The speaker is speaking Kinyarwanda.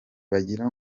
bagira